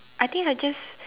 I think I just